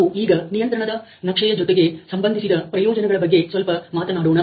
ನಾವು ಈಗ ನಿಯಂತ್ರಣದ ನಕ್ಷೆಯ ಜೊತೆಗೆ ಸಂಬಂಧಿಸಿದ ಪ್ರಯೋಜನಗಳ ಬಗ್ಗೆ ಸ್ವಲ್ಪ ಮಾತನಾಡೋಣ